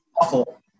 awful